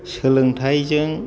सोलोंथायजों